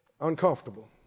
uncomfortable